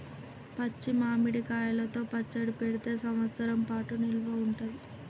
పచ్చి మామిడి కాయలతో పచ్చడి పెడితే సంవత్సరం పాటు నిల్వ ఉంటది